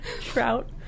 Trout